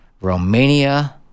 Romania